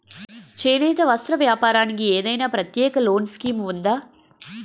చేనేత వస్త్ర వ్యాపారానికి ఏదైనా ప్రత్యేక లోన్ స్కీం ఉందా?